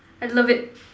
I love it